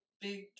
big